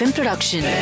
Production